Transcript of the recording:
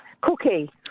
Cookie